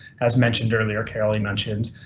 as mentioned earlier, kelly mentioned,